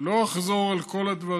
ולא אחזור על כל הדברים,